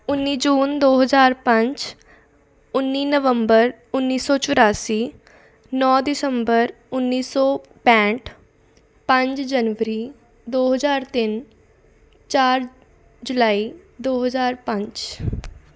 ਉੱਨੀ ਜੂਨ ਦੋ ਹਜ਼ਾਰ ਪੰਜ ਉੱਨੀ ਨਵੰਬਰ ਉੱਨੀ ਸੌ ਚੁਰਾਸੀ ਨੌ ਦਸੰਬਰ ਉੱਨੀ ਸੌ ਪੈਂਹਠ ਪੰਜ ਜਨਵਰੀ ਦੋ ਹਜ਼ਾਰ ਤਿੰਨ ਚਾਰ ਜੁਲਾਈ ਦੋ ਹਜ਼ਾਰ ਪੰਜ